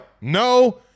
no